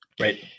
Right